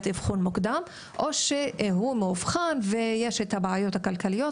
אבחון מוקדם או שהוא מאובחן ויש בעיות כלכליות,